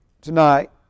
tonight